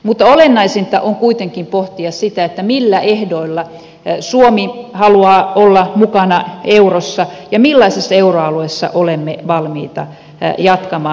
mutta olennaisinta on kuitenkin pohtia sitä millä ehdoilla suomi haluaa olla mukana eurossa ja millaisessa euroalueessa olemme valmiita jatkamaan